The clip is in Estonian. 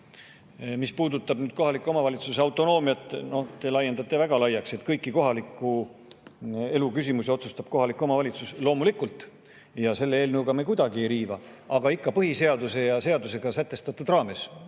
Mis puudutab kohaliku omavalitsuse autonoomiat – te laiendate seda väga laiaks, et kõiki kohaliku elu küsimusi otsustab kohalik omavalitsus. Loomulikult! Selle eelnõuga me kuidagi ei riiva, vaid [oleme] põhiseaduse ja seadusega sätestatud raamides.